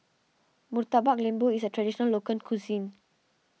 Murtabak Lembu is a Traditional Local Cuisine